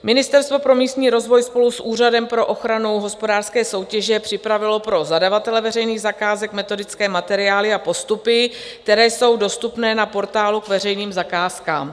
Ministerstvo pro místní rozvoj spolu s Úřadem pro ochranu hospodářské soutěže připravilo pro zadavatele veřejných zakázek metodické materiály a postupy, které jsou dostupné na portálu k veřejným zakázkám.